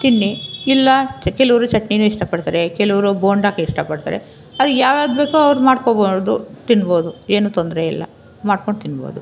ತಿನ್ನಿ ಇಲ್ಲ ಚ ಕೆಲವರು ಚಟ್ನಿನೇ ಇಷ್ಟಪಡ್ತಾರೆ ಕೆಲವರು ಬೋಂಡ ಇಷ್ಟಪಡ್ತಾರೆ ಅದು ಯಾವ್ಯಾವ್ದು ಬೇಕೋ ಅವ್ರು ಮಾಡ್ಕೊಬೋದು ತಿನ್ಬೋದು ಏನು ತೊಂದರೆಯಿಲ್ಲ ಮಾಡ್ಕೊಂಡು ತಿನ್ಬೋದು